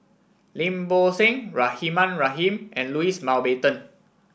Lim Bo Seng Rahimah Rahim and Louis Mountbatten